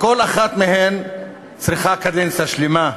שכל אחת מהן צריכה קדנציה שלמה.